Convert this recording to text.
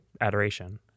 adoration